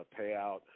payout